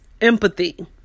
empathy